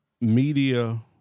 media